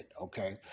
okay